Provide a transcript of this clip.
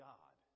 God